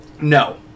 No